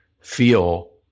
feel